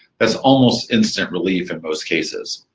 that's almost instant relief in most cases.